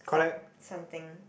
some something